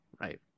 right